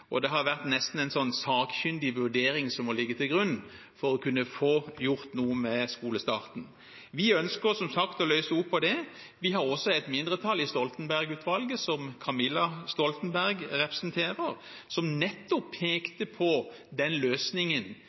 Det har vært slik at det nesten måtte ligge en sakkyndig vurdering til grunn for å kunne få gjort noe med skolestarten. Vi ønsker som sagt å løse opp på det. Vi har også et mindretall i Stoltenberg-utvalget, som Camilla Stoltenberg representerer, som nettopp pekte på den løsningen